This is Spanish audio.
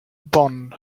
bonn